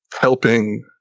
helping